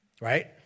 right